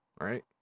right